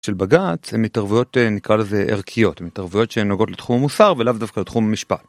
של בגץ הם התערבויות נקרא לזה ערכיות התערבויות שנוגעות לתחום מוסר ולאו דווקא לתחום משפט.